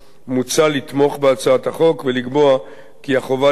מוצע לתמוך בהצעת החוק ולקבוע כי החובה לתעד